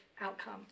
outcome